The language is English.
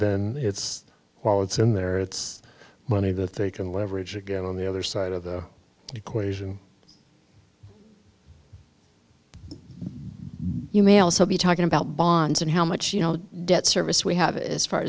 then it's while it's in there it's money that they can leverage again on the other side of the equation you may also be talking about bonds and how much you know debt service we have as far